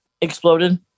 exploded